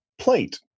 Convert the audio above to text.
Plate